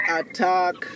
attack